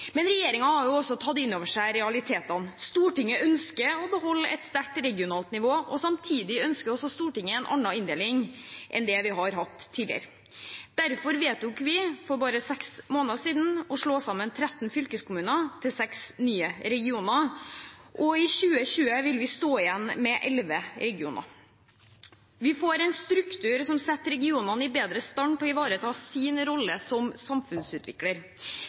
Men regjeringen har tatt inn over seg realitetene: Stortinget ønsker å beholde et sterkt regionalt nivå. Samtidig ønsker Stortinget en annen inndeling enn det vi har hatt tidligere. Derfor vedtok vi for bare seks måneder siden å slå sammen 13 fylkeskommuner til seks nye regioner. I 2020 vil vi stå igjen med elleve regioner. Vi får en struktur som setter regionene bedre i stand til å ivareta sin rolle som samfunnsutvikler.